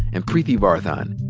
and preeti varathan.